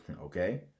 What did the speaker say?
okay